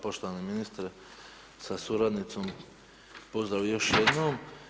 Poštovani ministre sa suradnicom, pozdrav još jednom.